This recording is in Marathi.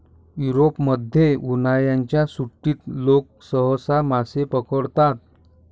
युरोपमध्ये, उन्हाळ्याच्या सुट्टीत लोक सहसा मासे पकडतात